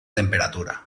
temperatura